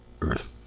earth